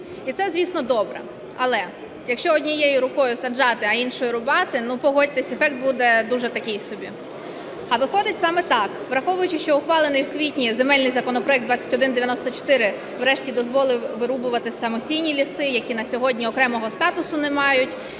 І це звісно добре, але, якщо однією рукою саджати, а іншою рубати, погодьтесь, ефект дуже такий собі, а виходить саме так. Враховуючи, що ухвалений в квітні земельний законопроект 2194 врешті дозволив вирубувати самосійні ліси, які на сьогодні окремого статусу не мають